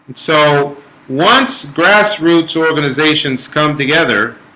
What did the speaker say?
so once grassroots organizations come together